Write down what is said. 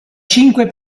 cinque